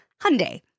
Hyundai